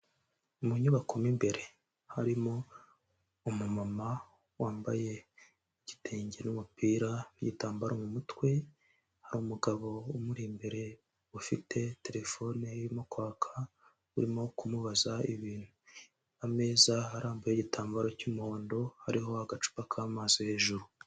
Mu nyubakomo mo imbere harimo umumama wambaye igitenge n'umupira n'igitambaro mu mutwe, hari umugabo umuri imbere ufite terefone irimo kwaka urimo kumubaza ibintu, ameza arambuyeho igitambaro cy'umuhondo hariho agacupa k'amazi hejuru.